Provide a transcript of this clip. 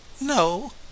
No